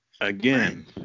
Again